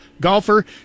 golfer